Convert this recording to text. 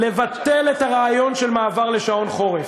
לבטל את הרעיון של מעבר לשעון חורף,